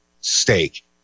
steak